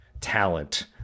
talent